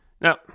Now